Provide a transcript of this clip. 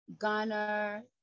Ghana